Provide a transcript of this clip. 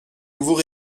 nouveaux